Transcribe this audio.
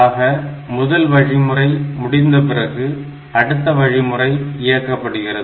ஆக முதல் வழிமுறை முடித்தபிறகு அடுத்த வழிமுறை இயக்கப்படுகிறது